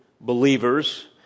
believers